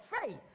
faith